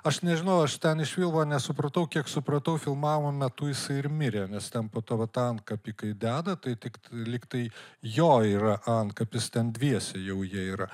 aš nežinau aš ten iš filmo nesupratau kiek supratau filmavimo metu jisai ir mirė nes ten po to vat tą antkapį kai deda tai tik lyg tai jo yra antkapis ten dviese jau jie yra